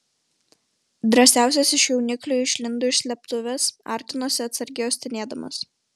drąsiausias iš jauniklių išlindo iš slėptuvės artinosi atsargiai uostinėdamas